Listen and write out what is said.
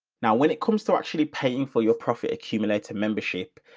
now, when it comes to actually paying for your profit accumulator membership,